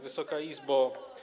Wysoka Izbo!